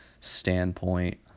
standpoint